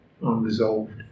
unresolved